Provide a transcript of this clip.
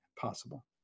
possible